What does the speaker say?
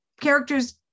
characters